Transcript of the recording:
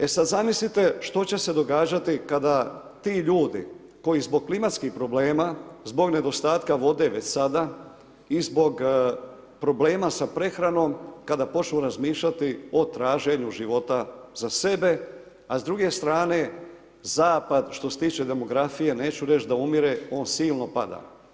E sad zamislite što će se događati kada ti ljudi koji zbog klimatskih problema, zbog nedostatka vode već sada i zbog problema sa prehranom, kada počnu razmišljati o traženju života za sebe, a s druge strane, zapad što se tiče demografije, neću reći da umire, on silno pada.